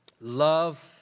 love